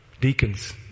Deacons